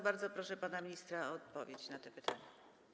Bardzo proszę pana ministra o odpowiedź na te pytania.